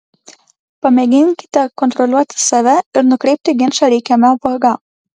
pamėginkite kontroliuoti save ir nukreipti ginčą reikiama vaga